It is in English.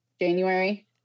January